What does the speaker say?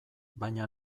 baina